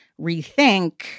rethink